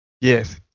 Yes